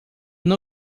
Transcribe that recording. não